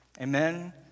Amen